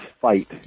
fight